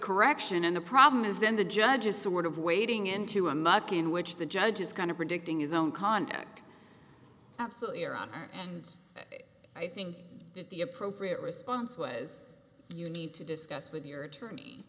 correction and the problem is then the judge is sort of wading into a muck in which the judge is kind of predicting his own conduct absolutely around and i think that the appropriate response was you need to discuss with your attorney